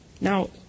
Now